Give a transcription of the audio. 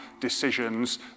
decisions